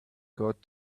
got